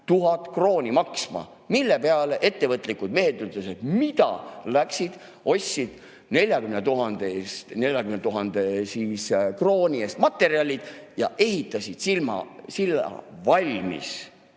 000 krooni maksma, mille peale ettevõtlikud mehed ütlesid, et mida!, läksid ja ostsid 40 000 krooni eest materjalid ja ehitasid silla ise valmis.